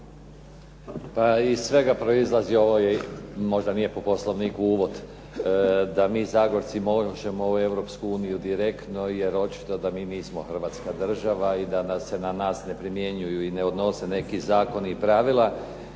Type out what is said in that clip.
Pa iz svega proizlazi i ovo možda nije po Poslovniku uvod, da mi Zagorci možemo u Europsku uniju direktno, jer očito da mi nismo Hrvatska država i da se na nas ne primjenjuju i ne odnose neki zakoni i pravila.